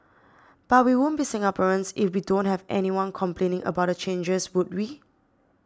but we won't be Singaporeans if we don't have anyone complaining about the changes would we